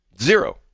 Zero